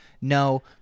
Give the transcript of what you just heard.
No